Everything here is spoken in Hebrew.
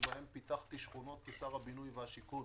שבהם פיתחתי שכונות כשר הבינוי והשיכון.